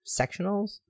sectionals